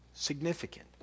significant